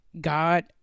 God